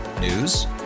News